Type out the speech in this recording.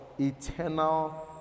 eternal